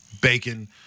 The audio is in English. bacon